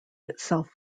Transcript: itself